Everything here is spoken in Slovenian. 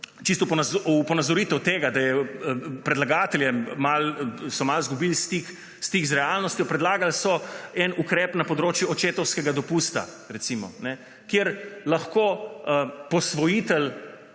v ponazoritev tega, da so predlagatelji malce izgubili stik z realnostjo. Predlagali so ukrep na področju očetovskega dopusta, recimo, kjer lahko posvojitelj